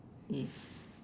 yes